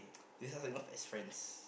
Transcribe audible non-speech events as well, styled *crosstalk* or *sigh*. *noise* they starting off as friends